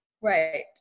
Right